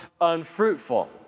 unfruitful